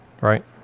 right